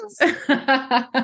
Yes